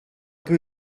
peu